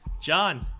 john